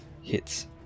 hits